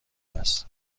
است